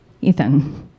Ethan